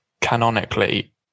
canonically